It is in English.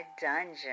dungeon